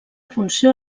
funció